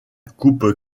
coupe